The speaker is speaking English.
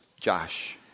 Josh